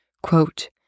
Quote